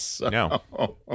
no